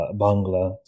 Bangla